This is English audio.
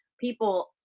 people